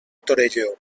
torelló